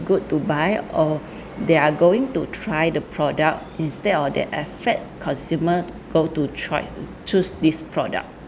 good to buy or they are going to try the product instead of they affect consumer go to try to ch~ choose this product